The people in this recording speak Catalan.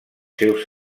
seus